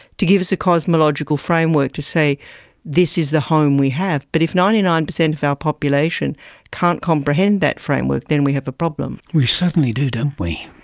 to give us a cosmological cosmological framework to say this is the home we have. but if ninety nine percent of our population can't comprehend that framework then we have a problem. we certainly do, don't we.